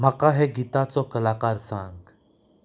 म्हाका हे गिताचो कलाकार सांग